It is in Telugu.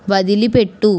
వదిలిపెట్టు